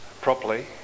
properly